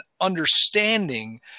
understanding